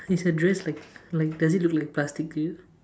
is her dress like like does it look like plastic to you